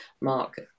Mark